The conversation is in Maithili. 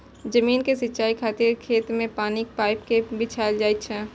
जमीन के सिंचाइ खातिर खेत मे पानिक पाइप कें बिछायल जाइ छै